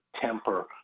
temper